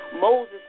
Moses